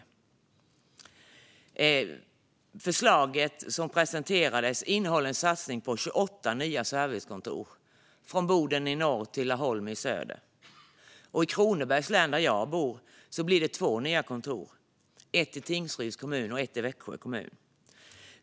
Det förslag som presenterades innehåller en satsning på 28 nya servicekontor, från Boden i norr till Laholm i söder. I Kronobergs län, där jag bor, blir det två nya kontor, ett i Tingsryds kommun och ett i Växjö kommun.